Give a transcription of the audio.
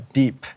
deep